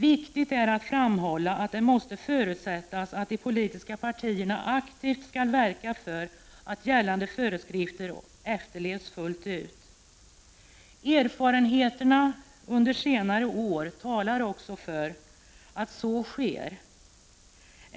Viktigt är att framhålla att det måste förutsättas att de politiska partierna aktivt skall verka för att gällande föreskrifter efterlevs fullt ut. Erfarenheterna under senare år talar också för att så sker.